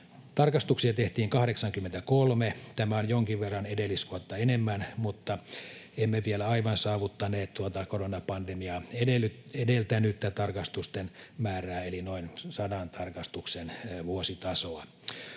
Tarkastuksia tehtiin 83. Tämä on jonkin verran edellisvuotta enemmän, mutta emme vielä aivan saavuttaneet tuota koronapandemiaa edeltänyttä tarkastusten määrää eli noin sadan tarkastuksen vuositasoa.